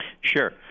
Sure